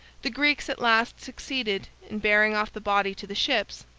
the greeks at last succeeded in bearing off the body to the ships,